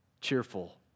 Cheerful